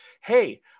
hey